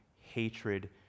hatred